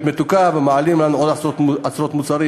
מתוקה ומעלים לנו מחירים של עשרות מוצרים.